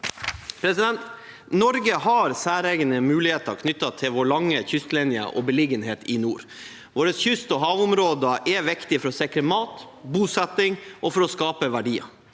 Norge har særegne muligheter knyttet til vår lange kystlinje og beliggenhet i nord. Våre kyst- og havområder er viktige for å sikre mat og bosetting og for å skape verdier.